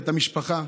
ואת המשפחה,